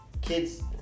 kids